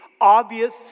obvious